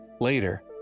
Later